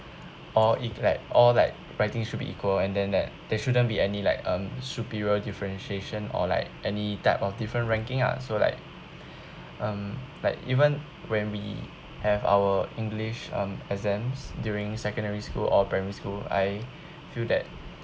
or it like all like writing should be equal and then the there shouldn't be any like um superior differentiation or like any type of different ranking ah so like um like even when we have our english um exams during secondary school or primary school I feel that